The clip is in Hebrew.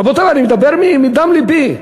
רבותי, אני מדבר מדם לבי.